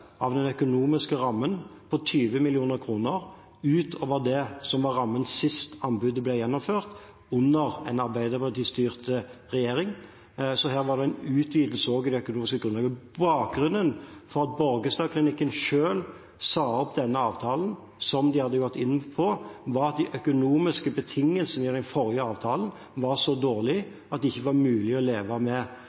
av den økonomiske rammen på 20 mill. kr utover det som var rammen sist anbudet ble gjennomført, under en Arbeiderparti-styrt regjering. Det var også en utvidelse av det økonomiske grunnlaget. Bakgrunnen for at Borgestadklinikken selv sa opp denne avtalen som de hadde gått inn på, var at de økonomiske betingelsene i den forrige avtalen var så dårlige at det ikke var mulig å leve med.